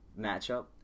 matchup